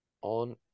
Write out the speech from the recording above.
on